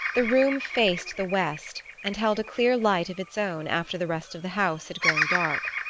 the room faced the west, and held a clear light of its own after the rest of the house had grown dark.